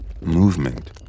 movement